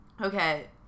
okay